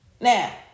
Now